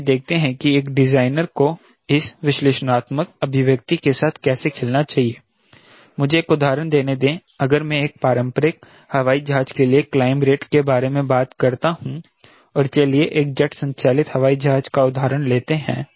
चलिए देखते हैं कि एक डिजाइनर को इस विश्लेषणात्मक अभिव्यक्ति के साथ कैसे खेलना चाहिए मुझे एक उदाहरण देने दें अगर मैं एक पारंपरिक हवाई जहाज के लिए क्लाइंब रेट के बारे में बात करता हूं और चलिए एक जेट संचालित हवाई जहाज का उदाहरण लेते हैं